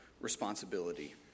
responsibility